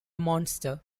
monster